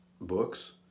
books